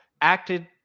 acted